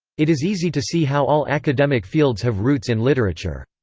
it is easy to see how all academic fields have roots in literature.